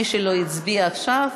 מי שלא הצביע עכשיו,